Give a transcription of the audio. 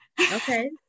Okay